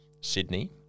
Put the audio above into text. Sydney